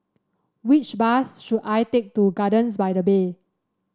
which bus should I take to Gardens by the Bay